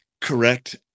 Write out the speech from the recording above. correct